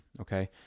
okay